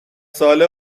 ساله